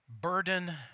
burden